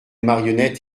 marionnettes